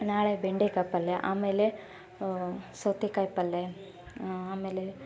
ನಾಳೆ ಬೆಂಡೆಕಾಯಿ ಪಲ್ಯ ಆಮೇಲೆ ಸೌತೆಕಾಯಿ ಪಲ್ಯ ಆಮೇಲೆ